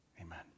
Amen